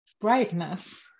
brightness